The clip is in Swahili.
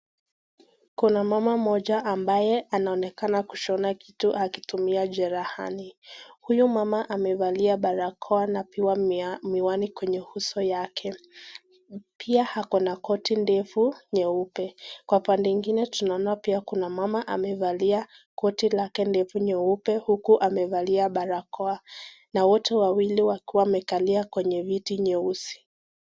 Kuna mama mmoja ambaye anaonekana kushona kitu akitumia cherehani. Huyo mama amevalia barakoa na pia miwani kwenye uso yake, pia akona koti ndefu nyeupe. Kwa pande ingine tunaona pia kuna mama amevalia koti lake ndefu nyeupe uku amevalia barakoa na wote wawili wakiwa wamekalia kwenye viti nyeusi.